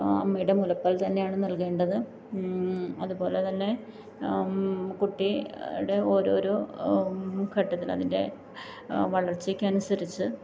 അമ്മയുടെ മുലപ്പാല് തന്നെയാണ് നല്കേണ്ടത് അതുപോലെ തന്നെ കുട്ടി ടെ ഓരോരോ ഘട്ടത്തിന് അതിന്റെ വളര്ച്ചയ്ക്ക് അനുസരിച്ച്